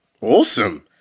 Awesome